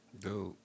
Dude